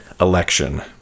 Election